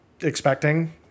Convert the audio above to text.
expecting